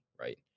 right